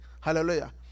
Hallelujah